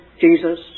Jesus